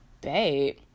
Babe